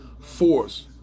force